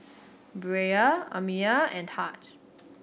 Bria Amiya and Tahj